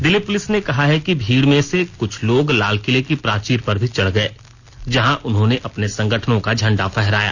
Delhi police ने कहा है कि भीड़ में से कुछ लोग लालकिले की प्राचीर पर भी चढ़ गए जहां उन्होंने अपने संगठनों का झंडा फहराया